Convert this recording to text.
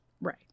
Right